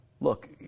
look